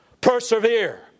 persevere